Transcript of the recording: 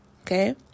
Okay